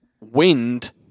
Wind